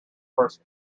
first